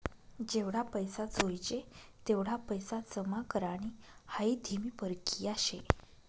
जेवढा पैसा जोयजे तेवढा पैसा जमा करानी हाई धीमी परकिया शे